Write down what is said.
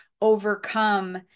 overcome